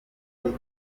cyane